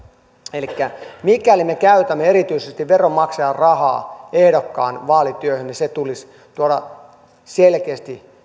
elikkä mikäli me käytämme erityisesti veronmaksajan rahaa ehdokkaan vaalityöhön niin se tulisi tuoda selkeästi